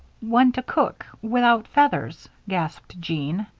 one to cook without feathers, gasped jean.